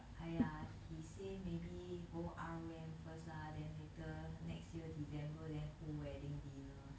!aiya! he say maybe go R_O_M first lah then later next year december then hold wedding dinner